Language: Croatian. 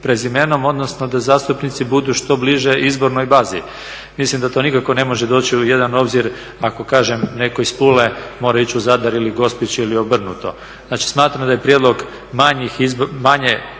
prezimenom, odnosno da zastupnici budu što bliže izbornoj bazi. Mislim da to nikako ne može doći u jedan obzir, ako kažem netko iz Pule mora ići u Zadar ili Gospić ili obrnuto. Znači, smatram da je prijedlog manje broja